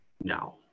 No